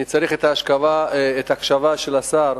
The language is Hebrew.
אני צריך את ההקשבה של השר.